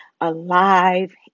alive